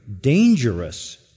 dangerous